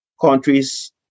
countries